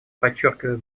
подчеркиваю